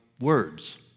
words